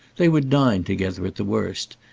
they would dine together at the worst,